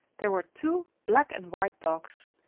there were two black and white dogs.